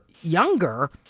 younger